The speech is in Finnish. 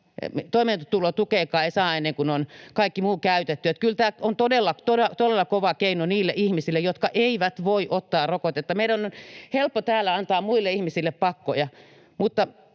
Toimeentulotukeakaan ei saa ennen kuin on kaikki muu käytetty, eli kyllä tämä on todella kova keino niille ihmisille, jotka eivät voi ottaa rokotetta. Meidän on helppo täällä antaa muille ihmisille pakkoja,